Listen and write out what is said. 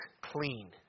clean